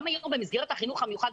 גם היום במסגרת החינוך המיוחד,